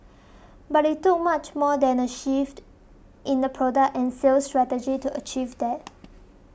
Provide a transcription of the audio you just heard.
but it took much more than a shift in product and sales strategy to achieve that